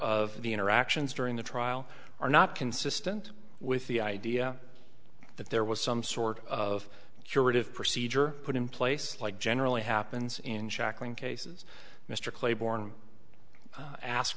of the interactions during the trial are not consistent with the idea that there was some sort of curative procedure put in place like generally happens in shackling cases mr claiborne ask